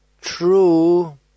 true